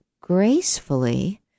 gracefully